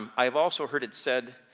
um i've also heard it said,